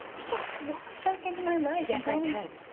you can't just waltz back into my life yes, i can.